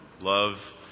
Love